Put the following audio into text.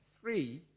three